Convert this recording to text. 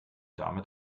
damit